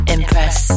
Impress